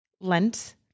Lent